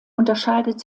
unterscheidet